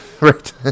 Right